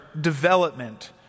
development